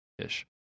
ish